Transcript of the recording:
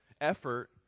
effort